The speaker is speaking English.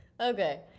Okay